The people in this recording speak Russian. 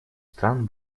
стран